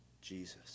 Jesus